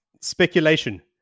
speculation